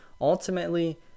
ultimately